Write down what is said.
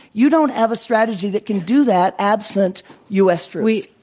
you don't have a strategy that can do that absent u. s. troops.